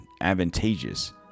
advantageous